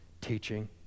teaching